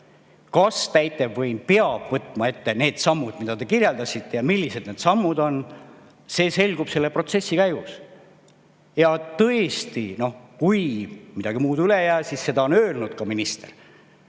Kas täitevvõim peab võtma ette need sammud, mida te kirjeldasite, ja millised need sammud on, see selgub selle protsessi käigus. Tõesti, kui midagi muud üle ei jää, seda on öelnud ka minister,